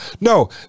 No